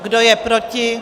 Kdo je proti?